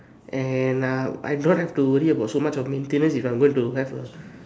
and uh I don't have to worry about so much of maintenance if I'm going to have a